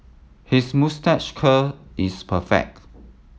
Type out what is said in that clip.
his moustache curl is perfect